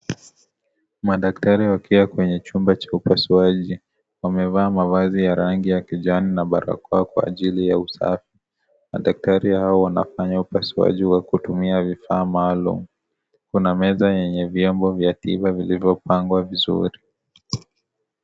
Madaktari wakiwa kwenye chumba cha upasuaji wamevaa mavazi ya rangi ya kijani na barakoa kwa ajili ya usafi. Madaktari hao wanafanya upasuaji wa kutumia vifaa maalumu. Kuna meza yenye vyombo vya tiba vilivyopangwa vizuri.